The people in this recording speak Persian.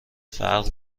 فرق